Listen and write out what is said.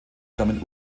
stammen